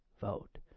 vote